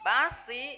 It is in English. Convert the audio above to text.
Basi